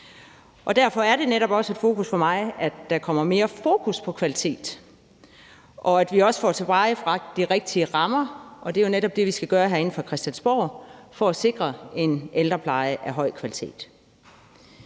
Derfor er det netop også et fokus for mig, at der kommer mere fokus på kvalitet, og at vi også får tilvejebragt de rigtige rammer, og det er jo netop det, vi skal gøre herinde fra Christiansborg for at sikre en ældrepleje af høj kvalitet.